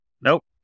Nope